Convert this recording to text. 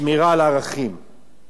לא יכול להיות שהתחרות